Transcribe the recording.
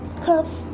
cuff